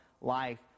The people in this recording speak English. life